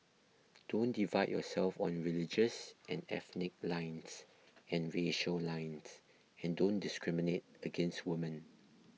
don't divide yourself on religious and ethnic lines and racial lines and don't discriminate against women